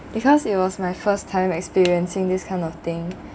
because it was my first time experiencing this kind of thing